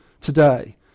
today